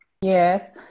yes